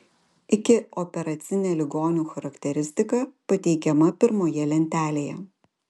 ikioperacinė ligonių charakteristika pateikiama pirmoje lentelėje